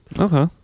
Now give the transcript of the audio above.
okay